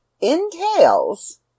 entails